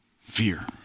Fear